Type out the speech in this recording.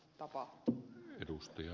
arvoisa puhemies